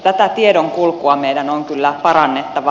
tätä tiedonkulkua meidän on kyllä parannettava